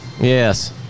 Yes